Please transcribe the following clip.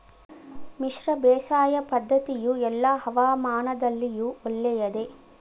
ಮಿಶ್ರ ಬೇಸಾಯ ಪದ್ದತಿಯು ಎಲ್ಲಾ ಹವಾಮಾನದಲ್ಲಿಯೂ ಒಳ್ಳೆಯದೇ?